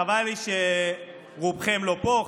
חבל לי שרובכם לא פה,